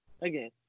Again